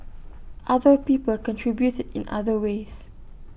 other people contributed in other ways